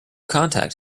contact